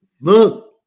Look